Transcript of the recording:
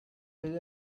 his